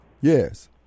Yes